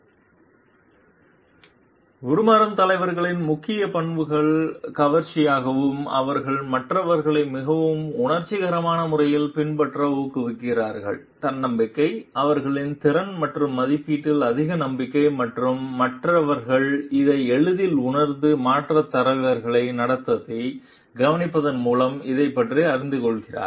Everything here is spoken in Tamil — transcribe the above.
ஸ்லைடு நேரம் 1205 பார்க்கவும் உருமாற்றும் தலைவர்களின் முக்கிய பண்புகள் கவர்ச்சியாகும் அவர்கள் மற்றவர்களை மிகவும் உணர்ச்சிகரமான முறையில் பின்பற்ற ஊக்குவிக்கிறார்கள் தன்னம்பிக்கை அவர்களின் திறன் மற்றும் மதிப்பீட்டில் அதிக நம்பிக்கை மற்றும் மற்றவர்கள் இதை எளிதில் உணர்ந்து மாற்றத் தலைவர்களின் நடத்தையைக் கவனிப்பதன் மூலம் இதைப் பற்றி அறிந்து கொள்கிறார்கள்